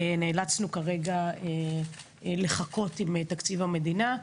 נאלצנו כרגע לחכות עם תקציב המדינה,